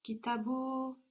kitabu